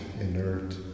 inert